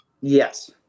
Yes